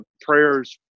prayers